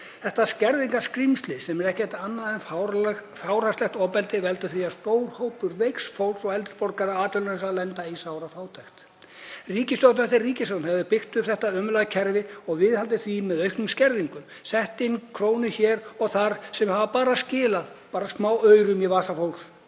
Þetta skerðingarskrímsli sem er ekkert annað en fjárhagslegt ofbeldi veldur því að stór hópur veiks fólks, eldri borgara og atvinnulausra lendir í sárafátækt. Ríkisstjórn eftir ríkisstjórn hefur byggt upp þetta ömurlega kerfi og viðhaldið því með auknum skerðingum, sett inn krónur hér og þar sem hafa bara skilað smáaurum í vasa fólks